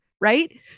Right